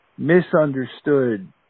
misunderstood